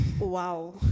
Wow